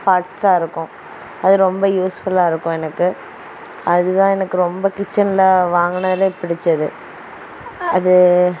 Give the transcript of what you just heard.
பாட்ஸ்ஸா இருக்கும் அது ரொம்ப யூஸ்ஃபுல்லாக இருக்கும் எனக்கு அதுதான் எனக்கு ரொம்ப கிச்சன்ல வாங்கினதுலே பிடிச்சது அது